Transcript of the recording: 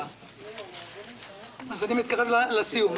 אני מתקרב לסיום.